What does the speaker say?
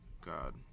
God